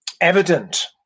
evident